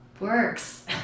works